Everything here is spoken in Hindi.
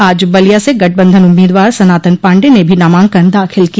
आज बलिया से गठबंधन उम्मीदवार सनातन पाण्डेय ने नामांकन दाखिल किया